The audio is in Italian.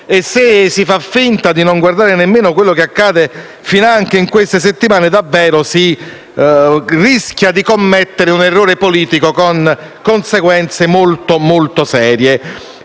e si fa finta di non guardare finanche quanto accade in queste settimane, davvero si rischia di commettere un errore politico con conseguenze molto molto serie.